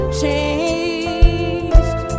changed